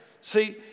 See